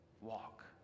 Walk